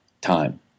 time